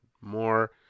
More